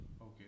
Okay